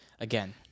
Again